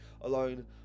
alone